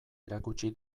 erakutsi